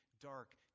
dark